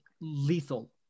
lethal